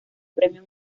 premio